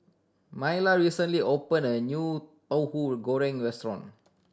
Myla recently opened a new Tauhu Goreng restaurant